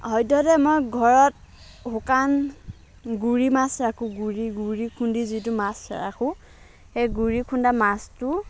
সদ্যহতে মই ঘৰত শুকান গুড়ি মাছ ৰাখোঁ গুড়ি গুড়ি খুন্দি যিটো মাছ ৰাখোঁ সেই গুড়ি খুন্দা মাছটো